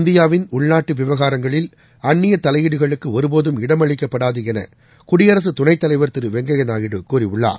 இந்தியாவின் உள்நாட்டுவிவகாரங்களில் அந்நியதலையீடுகளுக்குஒருபோதும் இடமளிக்கப்படாதுஎனகுடியரசுதுணைத் தலைர் திருவெங்கய்யநாயுடு கூறியுள்ளார்